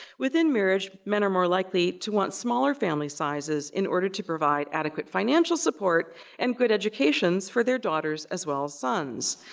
within marriage, men are more likely to want smaller family sizes in order to provide adequate financial support and good educations for their daughters as well as sons.